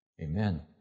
Amen